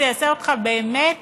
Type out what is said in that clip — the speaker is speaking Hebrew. זה יעשה אותך באמת